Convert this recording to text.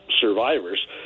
survivors